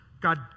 God